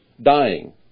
dying